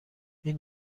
این